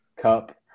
Cup